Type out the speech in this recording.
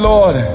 Lord